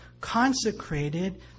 Consecrated